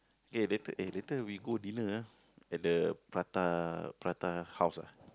okay later eh later we go dinner [ah]at the prata prata house ah